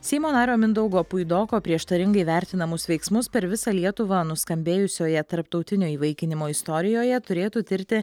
seimo nario mindaugo puidoko prieštaringai vertinamus veiksmus per visą lietuvą nuskambėjusioje tarptautinio įvaikinimo istorijoje turėtų tirti